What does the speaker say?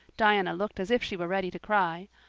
diana looked as if she were ready to cry.